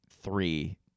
three